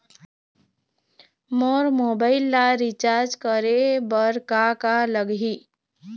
मोर mobile ला recharge करे बर का का लगही?